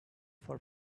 for